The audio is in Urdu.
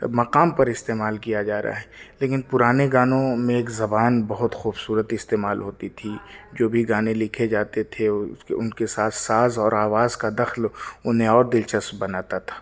مقام پر استعمال کیا جا رہا ہے لیکن پرانے گانوں میں ایک زبان بہت خوبصورت استعمال ہوتی تھی جو بھی گانے لکھے جاتے تھے اس کے ان کے ساتھ ساز اور آواز کا دخل انہیں اور دلچسپ بناتا تھا